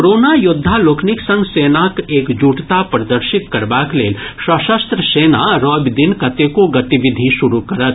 corona योद्धा लोकनिक संग सेनाक एकजुटता प्रदर्शित करबाक लेल सशस्त्र सेना रवि दिन कतेको गतिविधि शुरू करत